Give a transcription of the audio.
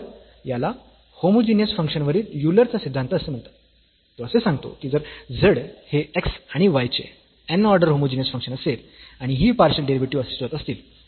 तर याला homogeneous function वरील युलर चा सिद्धांत असे म्हणतात आणि तो असे सांगतो की जर z हे x आणि y चे n ऑर्डर होमोजीनियस फंक्शन असेल आणि ही पार्शियल डेरिव्हेटिव्हस् अस्तित्वात असतील